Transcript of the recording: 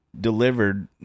delivered